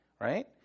right